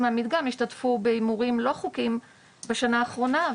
מהמדגם השתתפו בהימורים לא חוקיים בשנה האחרונה.